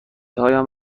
هایم